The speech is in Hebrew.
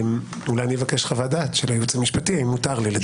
אולי אני אבקש חוות-דעת של הייעוץ המשפטי אם מותר לי לדבר...